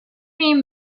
mean